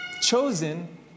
chosen